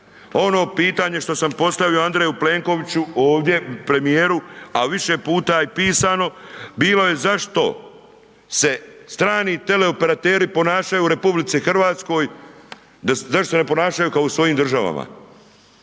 Ono pitanje što sam postavio Andreju Plenkoviću ovdje, premijeru, a više puta i pisano, bilo je zašto se strani teleoperateri ponašaju u RH, zašto se ne ponašaju kao u svojim državama?